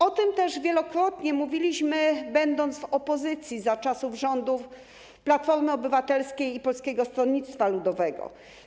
O tym też wielokrotnie mówiliśmy, będąc w opozycji za czasów rządów Platformy Obywatelskiej i Polskiego Stronnictwa Ludowego.